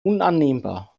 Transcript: unannehmbar